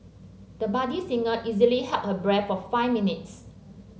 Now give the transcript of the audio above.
the budding singer easily held her breath for five minutes